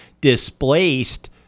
displaced